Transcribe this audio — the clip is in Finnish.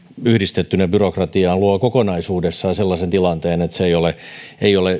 yhdistettynä byrokratiaan luo kokonaisuudessaan sellaisen tilanteen että se ei ole